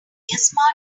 smart